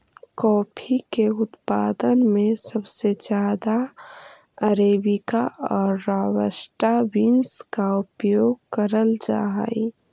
coffee के उत्पादन में सबसे ज्यादा अरेबिका और रॉबस्टा बींस का उपयोग करल जा हई